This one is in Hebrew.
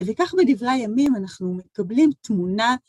וכך בדברי הימים אנחנו מקבלים תמונה.